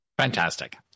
Fantastic